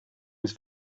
was